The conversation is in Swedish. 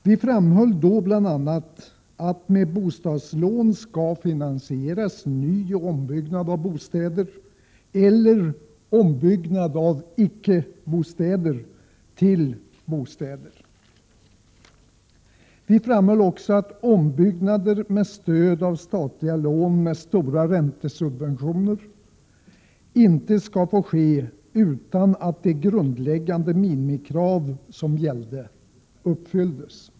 Vi framhöll då bl.a. att man med bostadslån skall finansiera nyoch ombyggnad av bostäder eller ombyggnad av ”icke-bostäder” till bostäder. Vi framhöll också att ombyggnader med stöd av statliga lån med stora räntesubventioner inte skall få ske utan att de grundläggande minimikraven uppfylls.